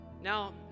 now